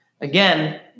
Again